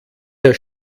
herr